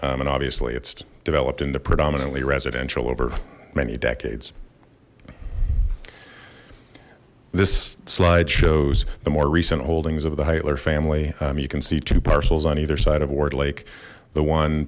and obviously it's developed into predominantly residential over many decades this slide shows the more recent holdings of the heitler family you can see two parcels on either side of ward lake the one